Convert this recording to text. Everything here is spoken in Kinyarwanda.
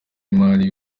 imari